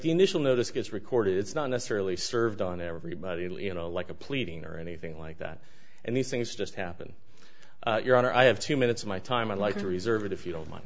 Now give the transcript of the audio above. the initial notice gets recorded it's not necessarily served on everybody like a pleading or anything like that and these things just happen your honor i have two minutes of my time i'd like to reserve it if you don't mind